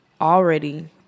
already